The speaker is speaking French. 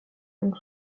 donc